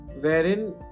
wherein